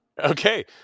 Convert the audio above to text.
Okay